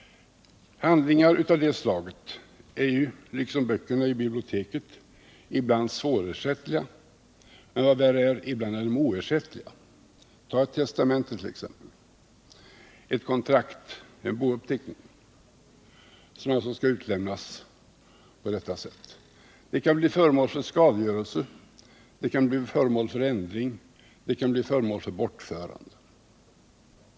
Handlingar av det slaget är ju, liksom böckerna i biblioteket, ibland svårersättliga och ibland — vad värre är — oersättliga. Exempelvis ett testamente, ett kontrakt, en bouppteckning, som alltså skall utlämnas på detta sätt, kan bli föremål för skadegörelse, ändring eller bortförande.